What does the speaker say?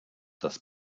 das